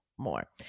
more